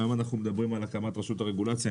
היום אנחנו מדברים על הקמת רשות הרגולציה,